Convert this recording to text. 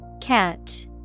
Catch